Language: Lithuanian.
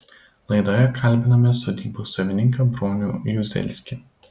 laidoje kalbiname sodybos savininką bronių juzelskį